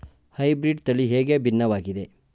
Hybrid ತಳಿ ಹೇಗೆ ಭಿನ್ನವಾಗಿದೆ?